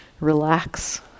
Relax